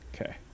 Okay